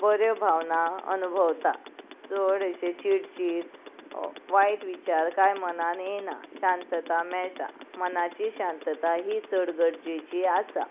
बऱ्यो भावना अनुभवता चड अशे चिडचीड वायट विचार कांय मनान येना शांतता मेळटा मनाची शांतता ही चड गरजेची आसा